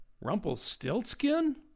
Rumpelstiltskin